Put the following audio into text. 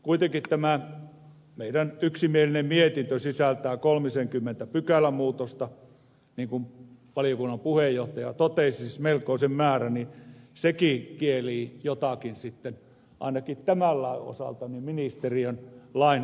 kuitenkin tämä meidän yksimielinen mietintömme sisältää kolmisenkymmentä pykälämuutosta niin kuin valiokunnan puheenjohtaja totesi siis melkoisen määrän ja sekin kielii jotakin ainakin tämän lain osalta ministeriön lainvalmistelukyvystä